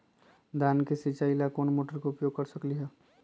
धान के सिचाई ला कोंन मोटर के उपयोग कर सकली ह?